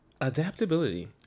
Adaptability